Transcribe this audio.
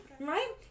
right